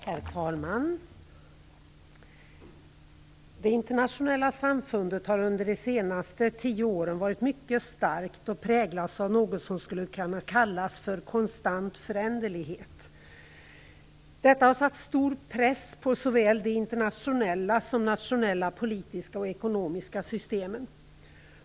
Herr talman! Det internationella samfundet har under de senaste tio åren varit mycket starkt och präglats av något som skulle kunna kallas för konstant föränderlighet. Detta har satt stor press på såväl de internationella som de nationella politiska och ekonomiska systemen.